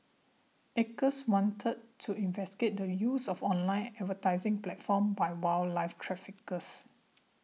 Acres wanted to investigate the use of online advertising platforms by wildlife traffickers